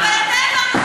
אבל אתה עושה.